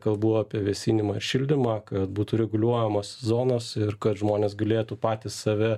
kalbų apie vėsinimą šildymą kad būtų reguliuojamos zonos ir kad žmonės galėtų patys save